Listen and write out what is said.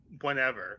whenever